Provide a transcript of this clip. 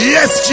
Yes